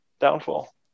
downfall